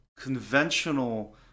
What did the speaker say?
conventional